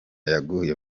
yaguye